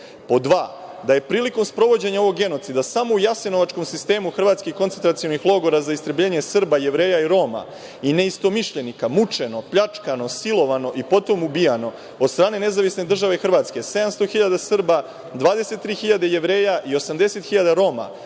dva, da je prilikom sprovođenja ovog genocida samo u jasenovačkom sistemu hrvatskih koncentracionih logora za istrebljenje Srba, Jevreja i Roma i neistomišljenika mučeno, pljačkano, silovano i potom ubijano od strane Nezavisne države Hrvatske 700.000 Srba, 23.000 Jevreja i 80.000 Roma,